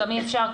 גם אי אפשר,